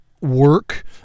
work